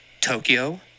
Tokyo